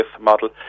model